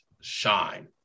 shine